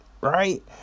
right